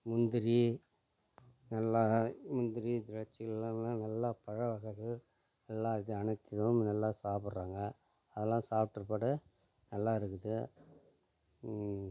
முந்திரி நல்லா முந்திரி திராட்சைகளெலாம் எல்லாம் நல்லா பழ வகைகள் எல்லாம் இது அனைத்தையும் நல்லா சாப்பிட்றாங்க அதெல்லாம் சாப்பிட்ட பிற்பாடு நல்லா இருக்குது